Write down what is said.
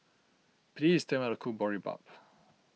please tell me how to cook Boribap